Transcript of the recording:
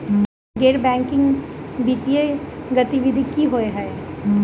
गैर बैंकिंग वित्तीय गतिविधि की होइ है?